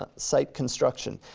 ah site construction.